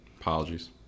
Apologies